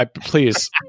Please